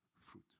fruit